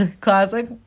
Classic